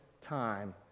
time